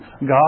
God